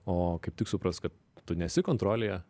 o kaip tik suprast kad tu nesi kontrolėje